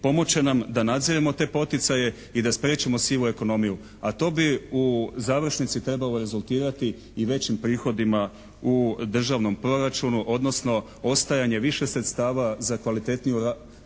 pomoći će nam da nadziremo te poticaje i da spriječimo sivu ekonomiju a to bi završnici trebalo rezultirati i većim prihodima u državnom proračunu odnosno ostajanje više sredstava za kvalitetniji raspored